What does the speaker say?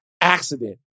accident